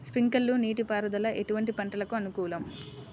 Sprinkler నీటిపారుదల ఎటువంటి పంటలకు అనుకూలము?